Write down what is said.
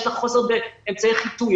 יש לה חוסר באמצעי חיטוי,